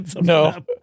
No